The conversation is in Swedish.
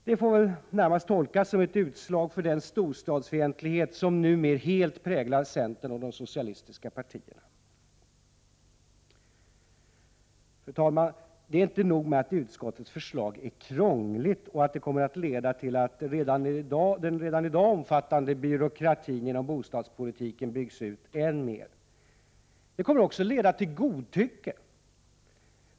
Det får väl närmast tolkas som ett utslag för den storstadsfientlighet som numera helt präglar centern och de socialistiska partierna. Fru talman! Det är inte nog med att utskottets förslag är krångligt och kommer att leda till att den redan i dag omfattande byråkratin inom bostadspolitiken byggs ut än mer. Det kommer också att leda till godtycke.